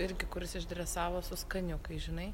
irgi kuris išdresavo su skaniukais žinai